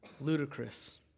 ludicrous